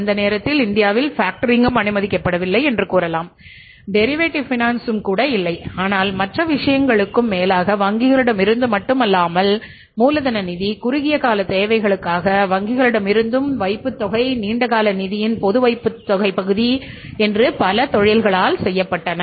அந்த நேரத்தில் இந்தியாவில் ஃபேக்டரிங் அனுமதிக்கப்படவில்லை என்று கூறலாம் டெரிவேடிவ் ஃபைனான்ஸும் கூட இல்லை ஆனால் மற்ற விஷயங்களுக்கும் மேலாக வங்கிகளிடமிருந்து மட்டுமல்லாமல் மூலதன நிதி குறுகிய கால தேவைகளாக வங்கிகளிடமிருந்தும்வைப்புத்தொகை நீண்ட கால நிதியின் பொது வைப்பு பகுதி என்று பல தொழில்களால் செய்யப்பட்டன